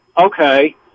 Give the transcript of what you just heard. Okay